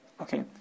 Okay